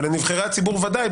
אבל לנבחרי הציבור ודאי,